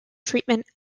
treatment